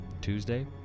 Tuesday